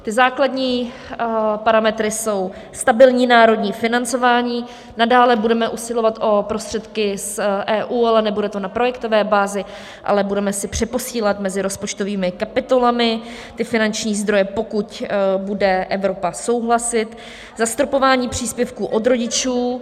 Ty základní parametry jsou stabilní národní financování, nadále budeme usilovat o prostředky z EU, ale nebude to na projektové bázi, ale budeme si přeposílat mezi rozpočtovými kapitolami finanční zdroje, pokud bude Evropa souhlasit, zastropování příspěvků od rodičů.